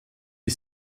die